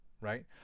right